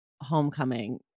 Homecoming